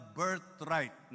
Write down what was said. birthright